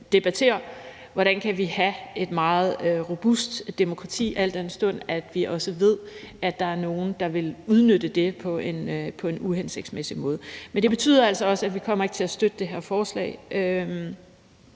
debatterer, hvordan vi kan have et meget robust demokrati, al den stund at vi også ved, at der er nogle, der vil udnytte det på en uhensigtsmæssig måde. Men det betyder altså også, at vi ikke kommer til at støtte det her forslag,